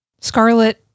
scarlet